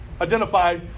identify